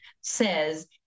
says